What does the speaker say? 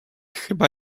chyba